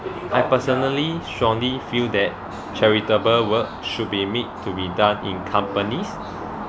I personally strongly feel that charitable work should be made to be done in companies